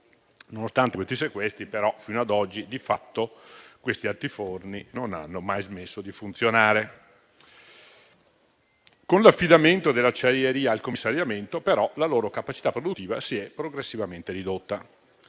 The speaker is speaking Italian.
Nonostante quei sequestri, però, fino ad oggi, di fatto, quegli altiforni non hanno mai smesso di funzionare. Con l'affidamento dell'acciaieria al commissariamento, però, la loro capacità produttiva si è progressivamente ridotta.